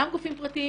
גם גופים פרטיים,